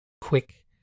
quick